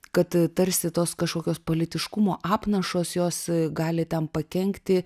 kad tarsi tos kažkokios politiškumo apnašos jos gali tam pakenkti